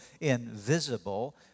invisible